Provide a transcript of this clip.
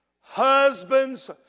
husbands